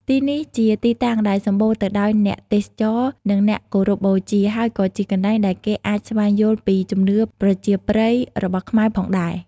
ទីនេះជាទីតាំងដែលសម្បូរទៅដោយអ្នកទេសចរ និងអ្នកគោរពបូជា ហើយក៏ជាកន្លែងដែលគេអាចស្វែងយល់ពីជំនឿប្រជាប្រិយរបស់ខ្មែរផងដែរ។